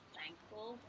thankful